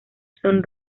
son